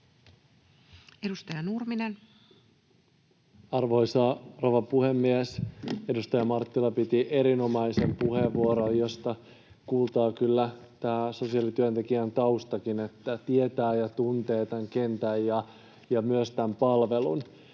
16:32 Content: Arvoisa rouva puhemies! Edustaja Marttila piti erinomaisen puheenvuoron, josta kuultaa kyllä tämä sosiaalityöntekijän taustakin, että tietää ja tuntee tämän kentän ja myös tämän palvelun.